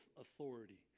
authority